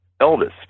eldest